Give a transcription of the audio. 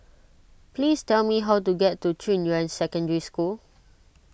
please tell me how to get to Junyuan Secondary School